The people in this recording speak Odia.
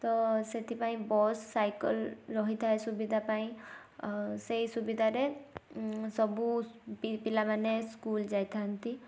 ତ ସେଥିପାଇଁ ବସ୍ ସାଇକେଲ୍ ରହିଥାଏ ସୁବିଧା ପାଇଁ ସେଇ ସୁବିଧାରେ ସବୁ ପିଲାମାନେ ସ୍କୁଲ ଯାଇଥାନ୍ତି